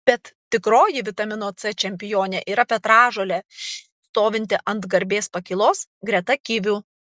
bet tikroji vitamino c čempionė yra petražolė stovinti ant garbės pakylos greta kivių